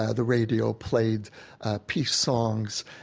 ah the radio played peace songs.